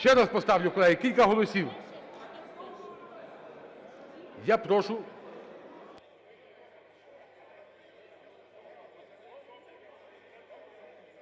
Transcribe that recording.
Ще раз поставлю, колеги. Кілька голосів. Я прошу…